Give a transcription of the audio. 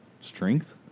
strength